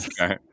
Okay